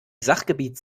sachgebiet